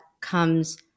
comes